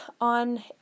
on